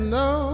no